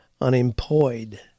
unemployed